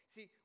See